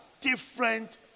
different